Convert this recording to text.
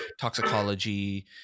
toxicology